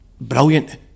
brilliant